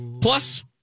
plus